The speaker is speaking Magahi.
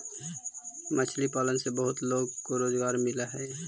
मछली पालन से बहुत लोगों को रोजगार मिलअ हई